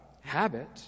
habit